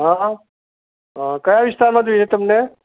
હા કયા વિસ્તારમાં જોઈએ તમને